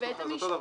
בבית המשפט.